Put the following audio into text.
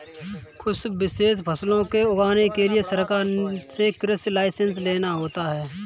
कुछ विशेष फसलों को उगाने के लिए सरकार से कृषि लाइसेंस लेना होता है